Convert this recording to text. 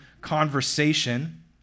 conversation